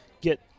get